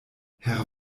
herr